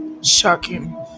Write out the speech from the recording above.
shocking